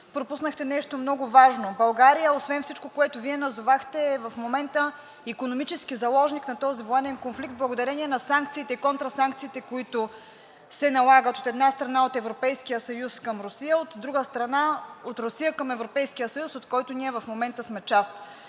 пропуснахте нещо много важно. България, освен всичко, което Вие назовахте, в момента е икономически заложник на този военен конфликт, благодарение на санкциите и контрасанкциите, които се налагат, от една страна, от Европейския съюз, от друга страна, от Русия към Европейския съюз, от който ние в момента сме част.